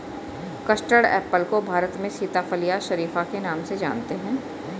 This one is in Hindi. कस्टर्ड एप्पल को भारत में सीताफल या शरीफा के नाम से जानते हैं